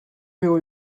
will